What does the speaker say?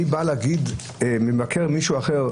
מי בא להגיד ממכר מישהו אחר?